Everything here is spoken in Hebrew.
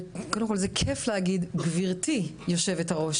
קודם כל זה כייף להגיד גברתי היושבת-ראש,